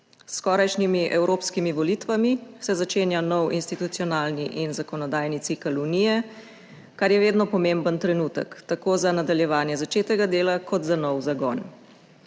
S skorajšnjimi evropskimi volitvami se začenja nov institucionalni in zakonodajni cikel Unije, kar je vedno pomemben trenutek, tako za nadaljevanje začetega dela kot za nov zagon.